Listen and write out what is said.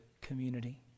community